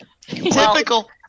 Typical